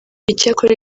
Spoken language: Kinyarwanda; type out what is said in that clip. icyakora